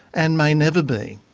and may never be.